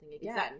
again